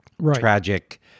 Tragic